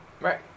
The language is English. Right